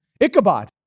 Ichabod